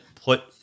put